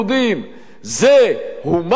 זה הומני ואנושי?